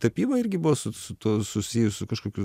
tapyba irgi buvo su su tuo susijus su kažkokiu